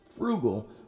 frugal